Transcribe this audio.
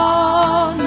on